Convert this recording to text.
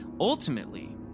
Ultimately